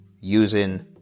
using